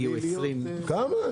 הגיעו 20. כמה?